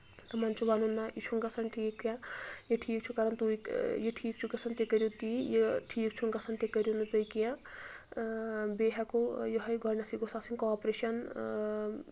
تِمن چھُ وَنُن نہ یہِ چھُ نہٕ گژھان ٹھیٖک کیٚنٛہہ یہِ ٹھیٖک چھُو کران تُہۍ یہِ ٹھیٖک چھُ گژھان تہِ کٔرِو تی یہِ ٹھیٖک چھُ نہٕ گژھان تہِ کٔرِو نہٕ تُہۍ کیٚنٛہہ بیٚیہِ ہٮ۪کو یِوہے گۄڈٕنیتھٕے گژھِ آسٕنۍ کاپریشن